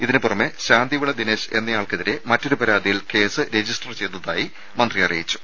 ഇതിനു പുറമെ ശാന്തിവിള ദിനേശ് എന്നായാൾക്കെതിരെ മറ്റൊരു പരാതിയിൽ കേസ് രജിസ്റ്റർ ചെയ്തതായി മന്ത്രി അറിയിച്ചു